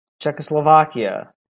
Czechoslovakia